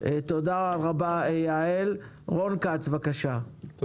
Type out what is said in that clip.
רון כץ, בבקשה.